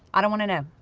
i don't want to know.